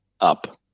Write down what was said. up